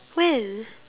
when